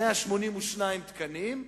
182 תקנים,